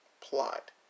plot